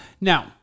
Now